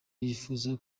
yifuza